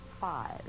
Five